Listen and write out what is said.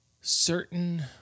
certain